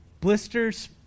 Blisters